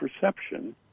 perception